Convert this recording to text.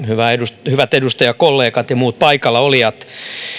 hyvä ministeri hyvät edustajakollegat ja muut paikallaolijat